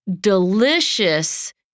delicious